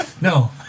No